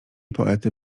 poety